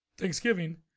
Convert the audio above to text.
Thanksgiving